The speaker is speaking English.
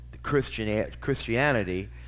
Christianity